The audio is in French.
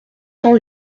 cent